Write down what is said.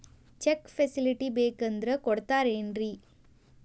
Check facility ಬೇಕಂದ್ರ ಕೊಡ್ತಾರೇನ್ರಿ?